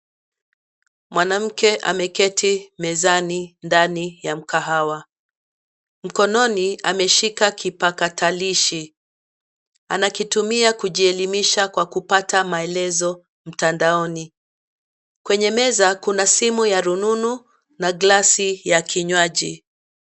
Mwanamke ameketi mezani ndani ya mkahawa, mkononi ameshika kipakatalishi anakitumia kujielimisha kwa kupata maelezo mtandaoni. Kwenye meza kuna simu ya rununu na glasi ya kinywaji.